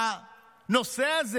והנושא הזה,